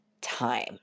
time